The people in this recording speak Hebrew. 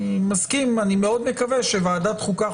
אני מאוד מקווה שוועדת חוקה,